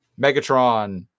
Megatron